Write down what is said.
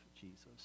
Jesus